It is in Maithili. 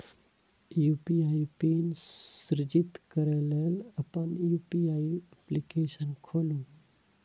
यू.पी.आई पिन सृजित करै लेल अपन यू.पी.आई एप्लीकेशन खोलू